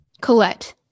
Colette